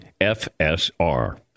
FSR